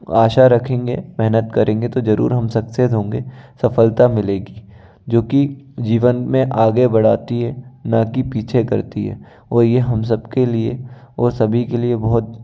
आशा रखेंगे मेहनत करेंगे तो ज़रूर हम सक्सेस होंगे सफलता मिलेगी जो कि जीवन में आगे बढ़ाती है न कि पीछे करती है और यह हम सबके लिए और सभी के लिए बहुत